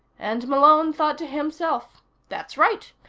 and malone thought to himself that's right.